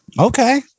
Okay